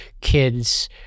kids